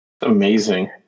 Amazing